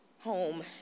home